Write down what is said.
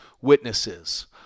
witnesses